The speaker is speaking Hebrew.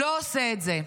לא עושה את זה.